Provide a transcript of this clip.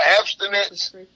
abstinence